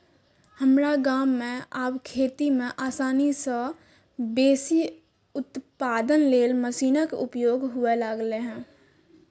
हमरा गाम मे आब खेती मे आसानी आ बेसी उत्पादन लेल मशीनक उपयोग हुअय लागल छै